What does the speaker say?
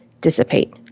dissipate